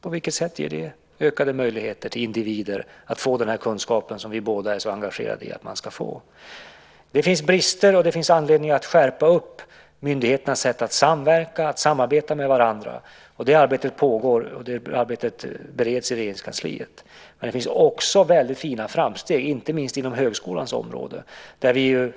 På vilket sätt ger det ökade möjligheter för individer att få den kunskap som vi båda är så angelägna om att man ska få? Det finns brister, och det finns anledning att skärpa myndigheternas sätt att samarbeta med varandra. Det arbetet pågår. Det arbetet bereds i Regeringskansliet. Men det finns också väldigt fina framsteg, inte minst inom högskolans område.